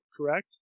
correct